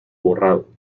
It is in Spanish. borrado